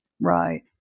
Right